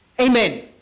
Amen